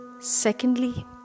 secondly